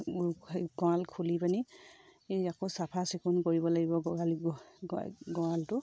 সেই গঁৰাল খুলি পিনি এই আকৌ চাফ চিকুণ কৰিব লাগিব গঁৰালটো